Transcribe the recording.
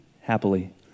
Happily